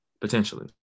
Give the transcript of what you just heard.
potentially